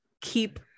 keep